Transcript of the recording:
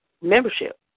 membership